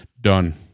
Done